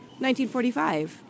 1945